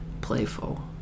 playful